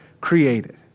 created